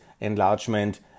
enlargement